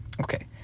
Okay